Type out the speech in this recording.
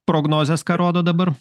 prognozės ką rodo dabar